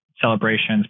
celebrations